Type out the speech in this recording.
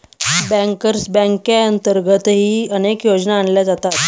bankers बँकेअंतर्गतही अनेक योजना आणल्या जातात